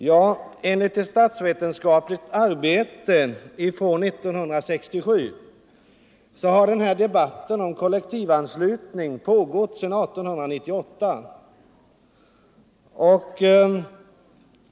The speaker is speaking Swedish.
Ja, enligt ett vetenskapligt arbete från 1967 har debatten om kollektivanslutning pågått sedan 1898.